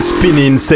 Spinning